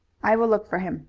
i will look for him,